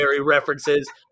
references